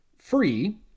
free